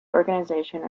organization